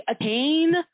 attain